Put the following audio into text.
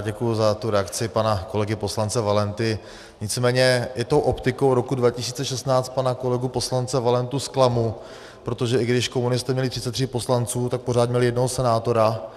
Já děkuji za reakci pana kolegy poslance Valenty, nicméně i tou optikou roku 2016 pana poslance Valentu zklamu, protože i když komunisté měli 33 poslanců, tak pořád měli jednoho senátora.